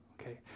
Okay